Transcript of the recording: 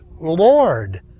Lord